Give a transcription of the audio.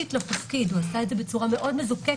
שרלוונטית לתפקיד בג"ץ עשה את זה בצורה מאוד מזוקקת